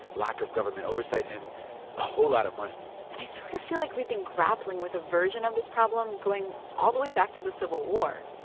lack of government oversight and a whole lot of money and i sort of feel like we've been grappling with a version of this problem going all the way back to the civil war.